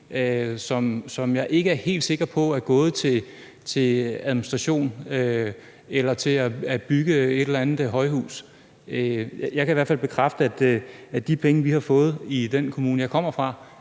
som jeg er helt sikker på ikke er gået til administration eller til at bygge et eller andet højhus. Jeg kan i hvert fald bekræfte, at de penge, vi har fået i den kommune, jeg kommer fra,